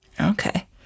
Okay